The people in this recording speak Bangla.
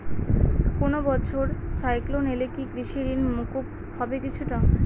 কোনো বছর সাইক্লোন এলে কি কৃষি ঋণ মকুব হবে কিছুটা?